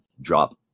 drop